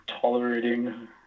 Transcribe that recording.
tolerating